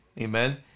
Amen